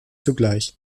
zugleich